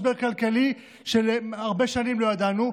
ומשבר כלכלי שהרבה שנים לא ידענו,